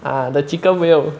ah the chicken will